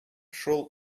шул